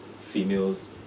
females